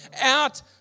out